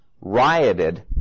rioted